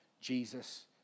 Jesus